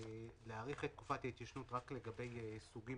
להאריך את תקופת ההתיישנות רק לגבי סוגים